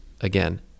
again